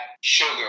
sugar